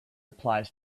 applies